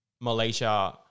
Malaysia